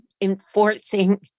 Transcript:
Enforcing